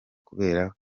kubera